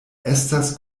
estas